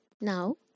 Now